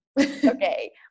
Okay